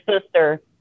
sister